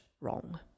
wrong